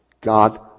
God